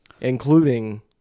including